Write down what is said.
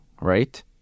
right